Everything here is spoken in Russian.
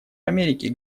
америки